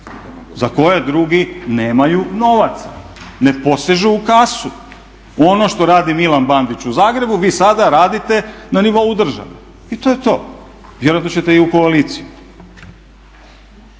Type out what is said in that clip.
za koje drugi nemaju novaca, ne posežu u kasu. Ono što radi Milan Bandić u Zagrebu vi sada radite na nivou države i to je to, vjerojatno ćete i u koaliciju.